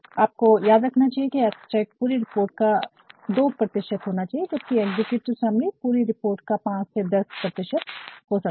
आपको याद रखना चाहिए कि अब्स्ट्रक्ट पूरी रिपोर्ट का 2 होना चाहिए जबकि एग्जीक्यूटिव समरी पूरी रिपोर्ट का 5 से 10 हो सकती है